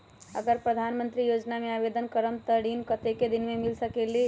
अगर प्रधानमंत्री योजना में आवेदन करम त ऋण कतेक दिन मे मिल सकेली?